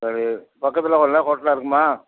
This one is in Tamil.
சரி பக்கத்தில் ஒரு நல்ல ஹோட்டலாக இருக்குமா